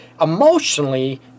emotionally